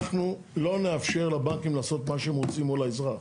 אנחנו לא נאפשר לבנקים לעשות מה שהם רוצים מול האזרח.